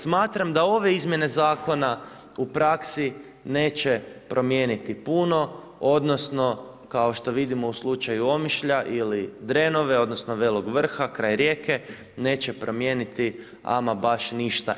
Smatram da ove izmjene u praksi neće promijeniti puno odnosno kao što vidimo u slučaju Omišlja ili Drenove odnosno Velog Vrha kraj Rijeke neće promijeniti ama baš ništa.